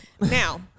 Now